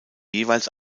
jeweils